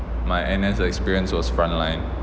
my N_S experience was front line